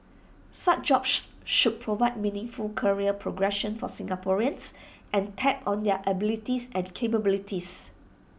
such jobs should provide meaningful career progression for Singaporeans and tap on their abilities and capabilities